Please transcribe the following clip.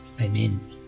Amen